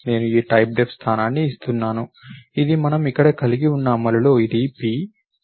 నేను ఈ టైప్డెఫ్ స్థానాన్ని ఇస్తున్నాను ఇది మనం ఇక్కడ కలిగి ఉన్న అమలులో ఇది p